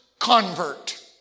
convert